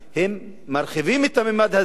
הם מרחיבים את הממד הזה,